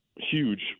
huge